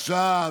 בבקשה.